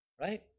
Right